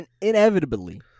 inevitably